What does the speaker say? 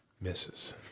misses